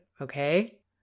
okay